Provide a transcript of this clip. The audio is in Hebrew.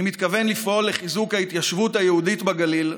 אני מתכוון לפעול לחיזוק ההתיישבות היהודית בגליל,